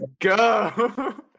go